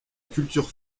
culture